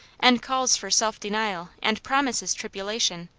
and calls for self-denial and promises tribulation,